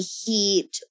heat